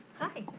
hi.